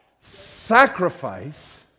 sacrifice